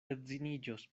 edziniĝos